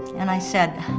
and i said,